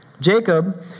Jacob